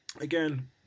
Again